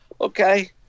okay